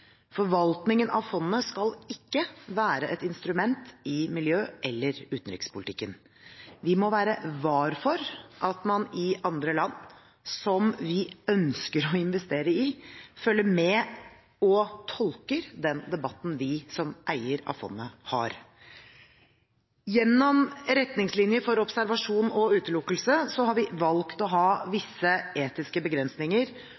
Forvaltningen av fondet skal ikke være et instrument i miljø- eller utenrikspolitikken. Vi må være var for at man i andre land, som vi ønsker å investere i, følger med og tolker den debatten vi som eier av fondet har. Gjennom retningslinjer for observasjon og utelukkelse har vi valgt å ha visse etiske begrensninger